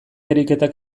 ariketak